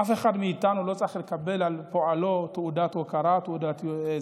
אף אחד מאיתנו לא צריך לקבל תעודת הוקרה על פועלו,